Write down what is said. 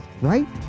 right